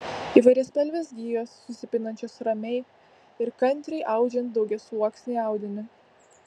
įvairiaspalvės gijos susipinančios ramiai ir kantriai audžiant daugiasluoksnį audinį